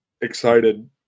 excited